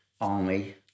army